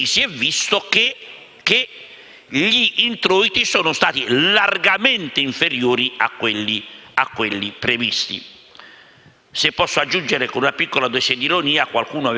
Se posso aggiungere con una piccola dose di ironia, qualcuno ha detto che sarebbe stata prevista la *web tax* per coprire i minori introiti della Tobin *tax*. Meglio di no,